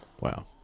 Wow